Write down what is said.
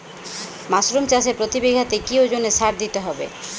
Mushroom চাষে প্রতি বিঘাতে কি ওজনে সার দিতে হবে?